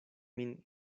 min